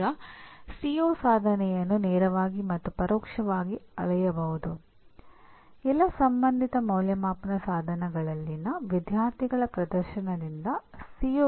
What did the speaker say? ಈ ವಿಷಯದಲ್ಲಿ ಚರ್ಚಿಸಬಹುದು ಅದು ಪರಸ್ಪರ ಭಿನ್ನವಾಗಿರಬಹುದು ಆದರೆ ಅಂತಿಮವಾಗಿ ನೀವು ಹುಡುಕುತ್ತಿರುವ ಪರಿಣಾಮ ನಿಖರವಾಗಿ ಏನು ಎಂಬುದರ ಕುರಿತು ನೀವು ಒಪ್ಪಂದಕ್ಕೆ ಬರುತ್ತೀರಿ